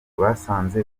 basanze